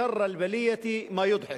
שר אל-בּליה מא יצ'חכּ.